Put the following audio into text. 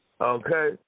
Okay